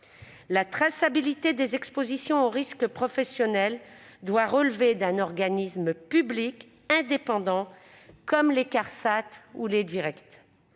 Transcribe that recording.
La traçabilité des expositions aux risques professionnels doit relever d'un organisme public indépendant, comme les caisses